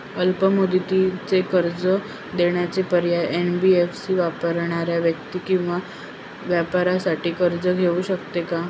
अल्प मुदतीचे कर्ज देण्याचे पर्याय, एन.बी.एफ.सी वापरणाऱ्या व्यक्ती किंवा व्यवसायांसाठी कर्ज घेऊ शकते का?